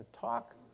talk